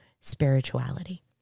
spirituality